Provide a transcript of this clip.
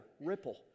ripple